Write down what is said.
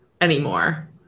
anymore